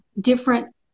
different